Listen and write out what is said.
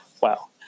wow